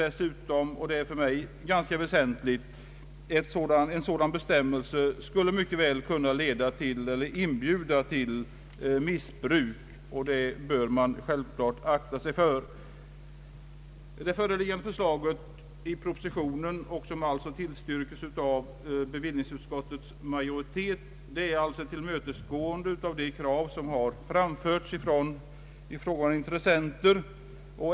Dessutom kan — och det är för mig väsentligt — en sådan bestämmelse inbjuda till missbruk, och det bör man självklart akta sig för. Propositionens förslag, som tillstyrks av bevillningsutskottets majoritet, innebär, som jag redan sagt, ett tillmötesgående av krav som framförts av ifrågavarande intressenter.